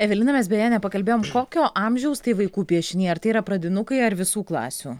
evelina mes beje nepakalbėjom kokio amžiaus tai vaikų piešiniai ar tai yra pradinukai ar visų klasių